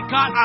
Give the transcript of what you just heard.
God